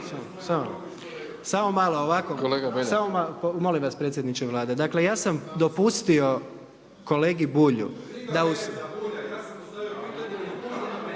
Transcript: Samo malo ovako, molim vas predsjedniče Vlade, dakle ja sam dopustio kolegi Bulju